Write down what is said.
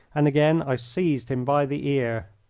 and again i seized him by the ear.